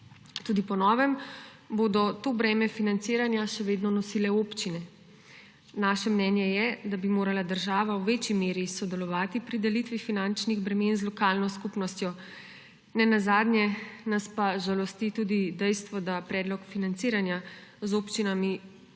Tudi po novem bodo to breme financiranja še vedno nosile občine. Naše mnenje je, da bi morala država v večji meri sodelovati pri delitvi finančnih bremen z lokalno skupnostjo, ne nazadnje nas pa žalosti tudi dejstvo, da predlog financiranja z občinami